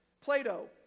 Plato